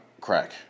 crack